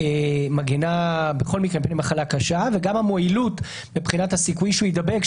מגן בכל מקרה מפני מחלה קשה וגם המועילות מבחינת הסיכוי שהוא יידבק,